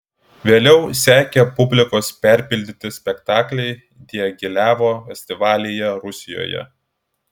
vėliau sekė publikos perpildyti spektakliai diagilevo festivalyje rusijoje